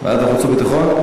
ועדת החוץ והביטחון?